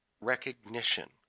recognition